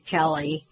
Kelly